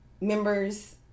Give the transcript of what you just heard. members